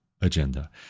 agenda